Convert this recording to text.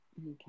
Okay